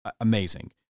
amazing